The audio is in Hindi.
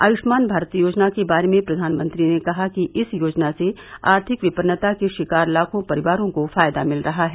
आयुष्मान भारत योजना के बारे में प्रधानमंत्री ने कहा कि इस योजना से आर्थिक विपन्नता का शिकार लाखों परिवारों को फ़ायदा मिल रहा है